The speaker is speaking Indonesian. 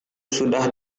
sudah